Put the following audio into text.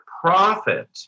profit